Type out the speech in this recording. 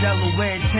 Delaware